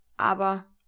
aber